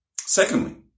Secondly